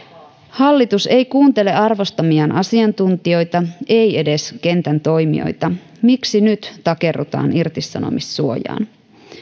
hallitus ei kuuntele arvostamiaan asiantuntijoita ei edes kentän toimijoita miksi nyt takerrutaan irtisanomissuojaan